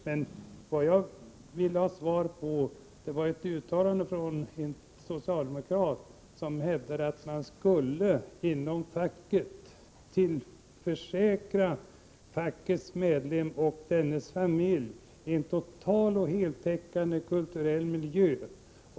Men vad jag ville ha svar beträffande var ett uttalande från en socialdemokrat som hävdade att man inom facket skulle tillförsäkra varje medlem och dennes familj en total och heltäckande kulturmiljö.